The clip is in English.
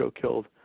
killed